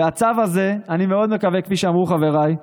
הצו הזה, אני מאוד מקווה, כפי שאמרו חבריי,